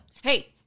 Hey